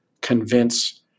convince